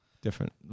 different